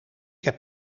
heb